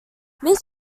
miss